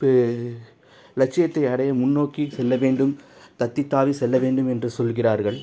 பே லட்சியத்தை அடைய முன்னோக்கி செல்ல வேண்டும் தத்தித்தாவி செல்ல வேண்டும் என்று சொல்கிறார்கள்